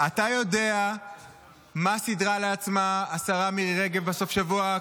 אתה יודע מה סידרה לעצמה השרה מירי רגב בסופשבוע?